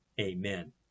Amen